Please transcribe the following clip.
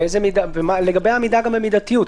וגם לגבי עמידה במידתיות.